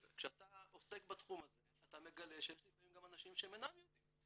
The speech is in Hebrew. כשאתה עוסק בתחום הזה אתה מגלה שיש לפעמים גם אנשים שהם אינם יהודים.